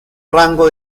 rango